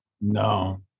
no